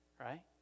right